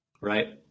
right